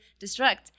Destruct